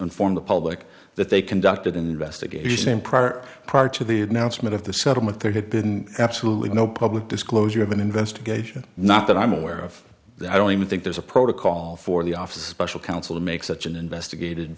inform the public that they conducted an investigation prior prior to the announcement of the settlement there had been absolutely no public disclosure of an investigation not that i'm aware of i don't even think there's a protocol for the officer special counsel to make such an investigated